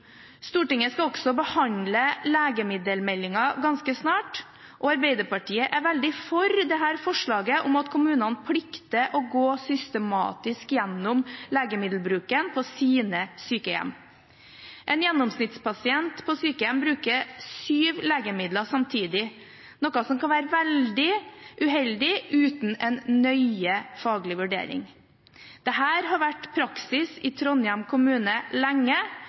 Stortinget skal også behandle legemiddelmeldingen ganske snart. Arbeiderpartiet er for forslaget om at kommunene plikter å gå systematisk gjennom legemiddelbruken på sine sykehjem. En gjennomsnittspasient på sykehjem bruker sju legemidler samtidig, noe som kan være veldig uheldig uten en nøye faglig vurdering. Dette har vært praksis i Trondheim kommune lenge,